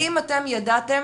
האם אתם ידעתם